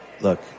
look